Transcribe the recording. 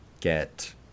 get